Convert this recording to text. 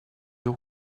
your